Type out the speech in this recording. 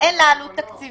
שאין לה עלות תקציבית.